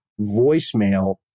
voicemail